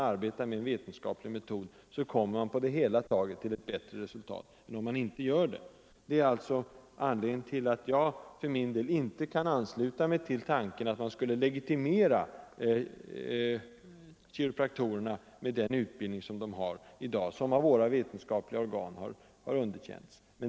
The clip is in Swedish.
Allt talar för att man i det långa loppet uppnår bättre resultat med vetenskapliga metoder: Det är anledningen till att jag för min del inte kan ansluta mig till tanken att man skulle legitimera kiropraktorerna, med den utbildning som de har i dag och som har underkänts av våra vetenskapliga organ.